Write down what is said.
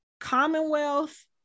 Commonwealth